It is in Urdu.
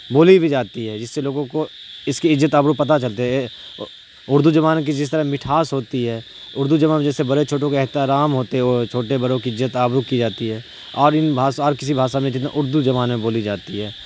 بولی بھی جاتی ہے جس سے لوگوں کو اس کی عزت آبرو پتہ چلتے ہے اردو زبان کی جس طرح مٹھاس ہوتی ہے اردو زبان میں جیسے بڑے چھوٹوں کے احترام ہوتے ہیں وہ چھوٹے بڑوں کی عزت آبرو کی جاتی ہے اور ان بھاشا اور کسی بھاشا میں جتنا اردو زمانے میں بولی جاتی ہے